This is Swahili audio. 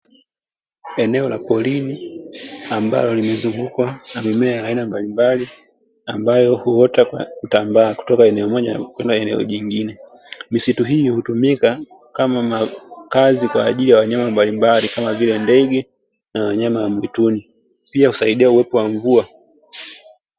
Eneo la porini ambalo limezungukwa na mimea ya aina mbalimbali ambayo huota kwa kutambaa kutoka eneo moja kwenda eneo jingine. Misitu hiyo hutumika kama makazi kwa ajili ya wanyama mbalimbali kama vile ndege na wanyama wa mwituni; pia husaidia uwepo wa mvua.